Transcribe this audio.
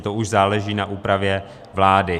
To už záleží na úpravě vlády.